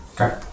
Okay